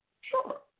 Sure